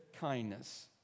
Kindness